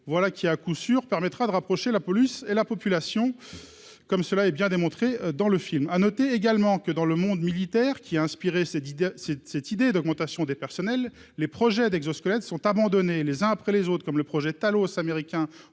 voilà qui, à coup sûr. Permettra de rapprocher la police et la population comme cela et bien démontré dans le film, à noter également que dans le monde militaire qui a inspiré, c'est Didier cette cette idée d'augmentation des personnels, les projets d'exosquelette sont abandonnés, les uns après les autres, comme le projet à os américain